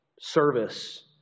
service